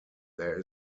there